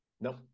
No